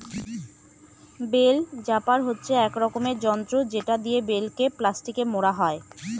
bell wrapper হচ্ছে এক রকমের যন্ত্র যেটা দিয়ে বেল কে প্লাস্টিকে মোড়া হয়